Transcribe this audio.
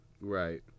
Right